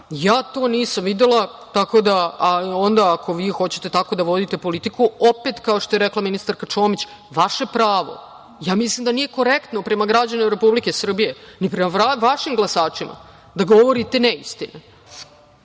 Ja to nisam videla. Onda, ako vi hoćete tako da vodite politiku, opet, kao što je rekla ministarka Čomić, vaše pravo. Mislim da nije korektno prema građanima Republike Srbije, ni prema vašim glasačima da govorite neistinu. Ponovo,